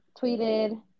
tweeted